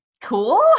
cool